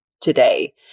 today